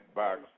box